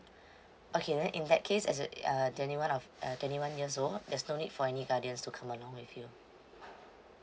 okay then in that case as a uh twenty one of uh twenty one years old there's no need for any guardians to come along with you